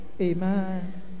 Amen